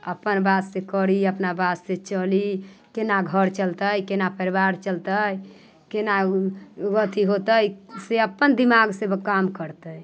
अपना वास्ते करी अपना वास्ते चली केना घर चलतै केना परिवार चलतै केना अथी होतै से अपन दिमागसँ ओ काम करतै